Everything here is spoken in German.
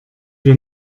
wir